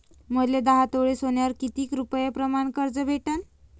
मले दहा तोळे सोन्यावर कितीक रुपया प्रमाण कर्ज भेटन?